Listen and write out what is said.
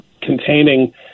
containing